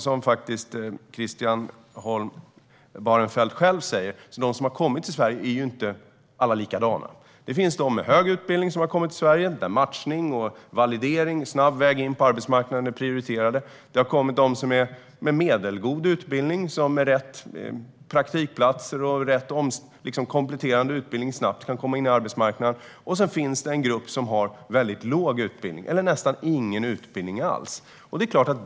Som Christian Holm Barenfeld själv säger är ju alla som kommit till Sverige inte likadana. Det finns de med hög utbildning, där matchning, validering och en snabb väg in på arbetsmarknaden är prioriterat. Det finns de med medelgod utbildning, som med rätt praktikplatser och rätt kompletterande utbildning snabbt kan komma in på arbetsmarknaden. Det finns även en grupp som har väldigt låg utbildning eller nästan ingen alls.